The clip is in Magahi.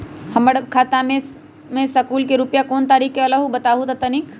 हमर खाता में सकलू से रूपया कोन तारीक के अलऊह बताहु त तनिक?